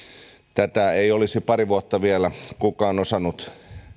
tätä ei olisi pari vuotta sitten vielä kukaan osannut